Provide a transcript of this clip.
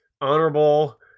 honorable